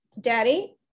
daddy